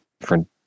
different